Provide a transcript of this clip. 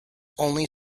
only